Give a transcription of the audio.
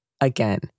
Again